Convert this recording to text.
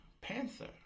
Panther